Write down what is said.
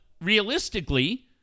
realistically